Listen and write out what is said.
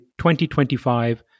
2025